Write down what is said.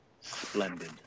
Splendid